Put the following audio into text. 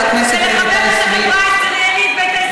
חגיגות המשואות מספיקות לנו.